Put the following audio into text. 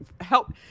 help